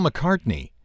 McCartney